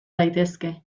daitezke